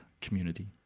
community